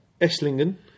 Esslingen